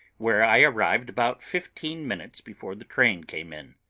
where i arrived about fifteen minutes before the train came in.